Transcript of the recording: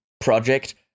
project